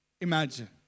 Imagine